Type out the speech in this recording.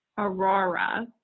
Aurora